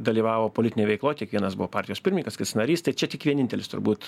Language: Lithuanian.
dalyvavo politinėj veikloj tik vienas buvo partijos pirmininkas kits narys tai čia tik vienintelis turbūt